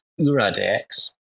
URADEX